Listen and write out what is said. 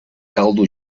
caldo